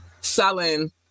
selling